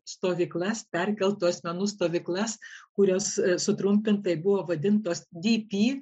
stovyklas perkeltų asmenų stovyklas kurios sutrumpintai buvo vadintos di pi